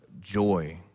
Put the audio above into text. joy